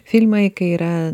filmai kai yra